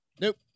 Nope